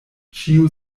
ĉiu